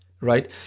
right